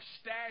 stash